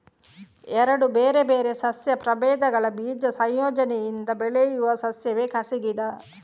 ಎರಡು ಬೇರೆ ಬೇರೆ ಸಸ್ಯ ಪ್ರಭೇದಗಳ ಬೀಜ ಸಂಯೋಜನೆಯಿಂದ ಬೆಳೆಯುವ ಸಸ್ಯವೇ ಕಸಿ ಗಿಡ